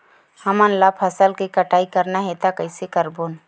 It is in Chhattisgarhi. हमन ला फसल के कटाई करना हे त कइसे करबो?